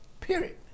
period